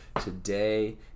Today